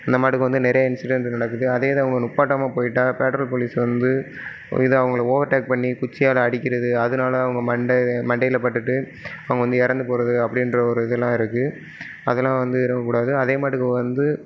இந்தமாட்டுக்கு வந்து நிறைய இன்சிடென்ட் நடக்குது அதே இது அவங்க நிப்பாட்டாமல் போயிட்டால் பேட்ரோல் போலீஸ் வந்து இது அவங்களை ஓவர்டேக் பண்ணி குச்சியால் அடிக்கிறது அதனால அவங்க மண்டை இது மண்டையில் பட்டுவிட்டு அவங்க வந்து இறந்து போகிறது அப்படின்ற ஒரு இதெல்லாம் இருக்குது அதெல்லாம் வந்து இருக்கக்கூடாது அதேமாட்டுக்கு வந்து